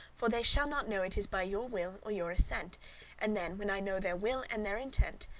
for they shall not know it is by your will or your assent and then, when i know their will and their intent,